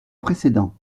précédent